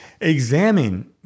Examine